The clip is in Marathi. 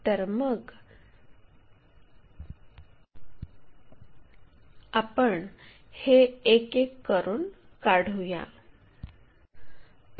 तर मग आपण हे एक एक करून काढू या